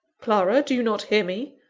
clara, do you not hear me?